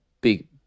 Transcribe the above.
big